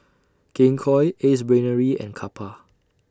King Koil Ace Brainery and Kappa